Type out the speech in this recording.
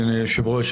אדוני היושב-ראש,